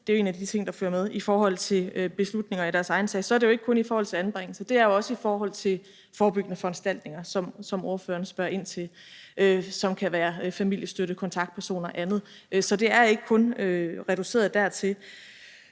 det er jo en af de ting, der følger med i forhold til beslutninger i deres egen sag – så er det jo ikke kun i forhold til anbringelser, men også i forhold til forebyggende foranstaltninger, som spørgeren spørger ind til, som kan være familiestøtte, kontaktpersoner og andet. Så det er ikke kun reduceret dertil.